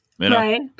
Right